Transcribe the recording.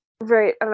Right